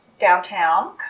downtown